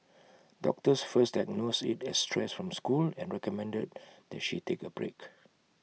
doctors first diagnosed IT as stress from school and recommended that she take A break